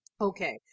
Okay